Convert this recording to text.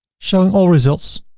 showing all results.